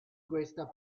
questa